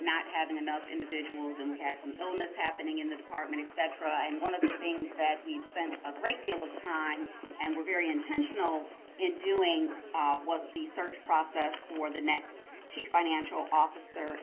not having enough individuals, and we had some illness happening in the department, et cetera, and one of the things that we've spent a great deal of time and were very intentional in doing was the search process for the next chief financial officer,